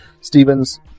Steven's